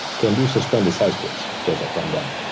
can do suspended side splits just like van dam.